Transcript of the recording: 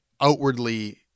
outwardly